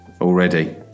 already